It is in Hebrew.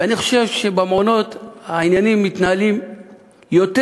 ואני חושב שבמעונות העניינים מתנהלים יותר